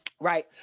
Right